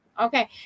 Okay